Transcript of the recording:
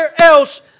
else